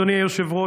אדוני היושב-ראש,